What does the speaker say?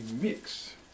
mix